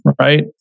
right